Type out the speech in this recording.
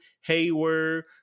Hayward